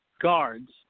guards